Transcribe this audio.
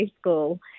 school